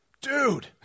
dude